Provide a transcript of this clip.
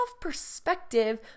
perspective